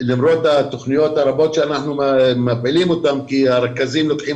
למרות התוכניות הרבות שאנחנו מפעילים כי הרכזים לוקחים